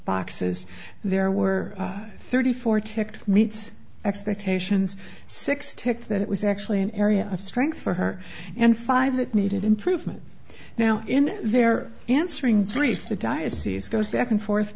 boxes there were thirty four ticked meets expectations six ticked that it was actually an area of strength for her and five that needed improvement now in their answering brief the diocese goes back and forth